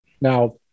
Now